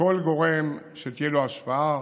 שכל גורם שתהיה לו השפעה